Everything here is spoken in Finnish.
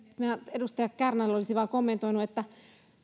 edustaja kärnälle olisin vain kommentoinut että